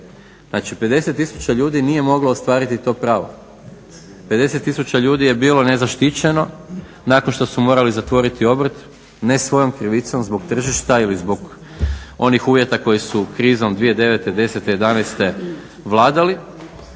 znači 50 tisuća ljudi nije moglo ostvariti to pravo, 50 tisuća ljudi je bilo nezaštićeno nakon što su morali zatvoriti obrt ne svojom krivicom zbog tržišta ili zbog onih uvjeta koji su krizom 2009., '10., '11. vladali